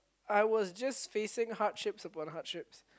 I was just facing hardships upon hardships